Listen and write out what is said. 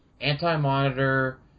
Anti-Monitor